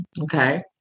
Okay